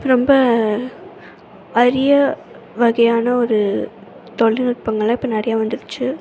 ரொம்ப அரிய வகையான ஒரு தொழில்நுட்பங்கள்லாம் இப்போ நிறையா வந்துடுச்சு